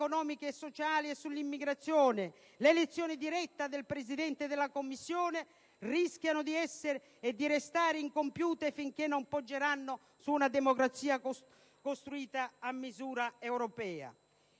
sociali e sull'immigrazione, l'elezione diretta del presidente della Commissione - rischiano di restare incompiute finché non poggeranno su una democrazia costruita a misura europea.